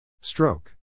Stroke